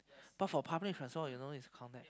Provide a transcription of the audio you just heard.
but for public transports its counted